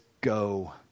go